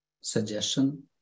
suggestion